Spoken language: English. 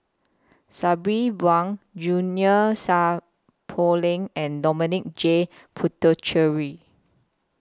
Sabri Buang Junie Sng Poh Leng and Dominic J Puthucheary